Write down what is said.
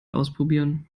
ausprobieren